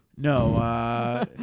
No